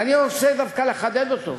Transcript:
ואני רוצה דווקא לחדד אותו,